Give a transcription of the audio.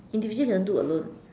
individual you cannot do alone